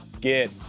get